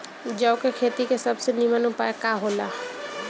जौ के खेती के सबसे नीमन उपाय का हो ला?